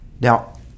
Now